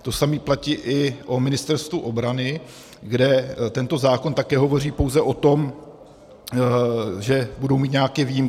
To samé platí i o Ministerstvu obrany, kde tento zákon také hovoří pouze o tom, že budou mít nějaké výjimky.